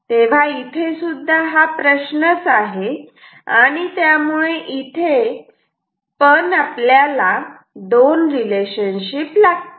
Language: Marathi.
तेव्हा इथे सुद्धा हा प्रश्नच आहे आणि त्यामुळे इथे पण आपल्याला दोन रिलेशनशिप लागतील